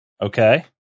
Okay